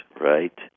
right